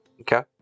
Okay